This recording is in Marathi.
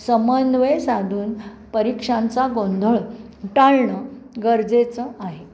समन्वय साधून परीक्षांचा गोंधळ टाळणं गरजेचं आहे